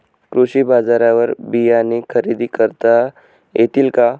कृषी बाजारवर बियाणे खरेदी करता येतील का?